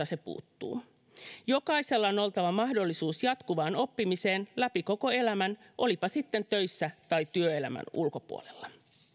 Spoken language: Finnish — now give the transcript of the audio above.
se puuttuu jokaisella on oltava mahdollisuus jatkuvaan oppimiseen läpi koko elämän olipa sitten töissä tai työelämän ulkopuolella